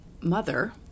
mother